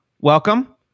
welcome